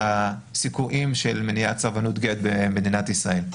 הסיכויים של מניעת סרבנות גט במדינת ישראל.